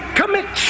commit